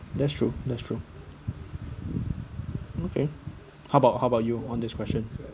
that's true that's true okay how about how about you on this question